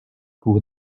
pour